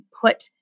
put